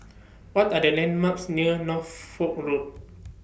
What Are The landmarks near Norfolk Road